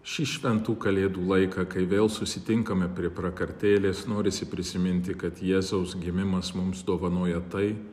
šį šventų kalėdų laiką kai vėl susitinkame prie prakartėlės norisi prisiminti kad jėzaus gimimas mums dovanoja tai